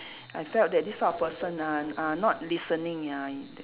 I felt that this sort of person ah are not listening ah